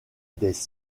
des